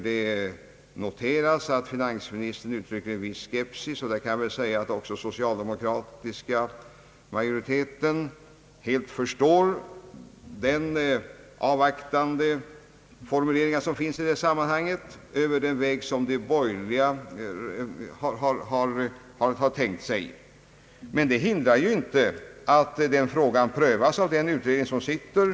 Det noteras att finansministern uttrycker en viss skepsis — det kan väl också sägas att den socialdemokratiska majoriteten helt förstår de avvaktande formuleringar som förekommer i detta sammanhang — över den väg som de borgerliga har tänkt sig. Men det hindrar ju inte att frågan prövas av den sittande utredningen.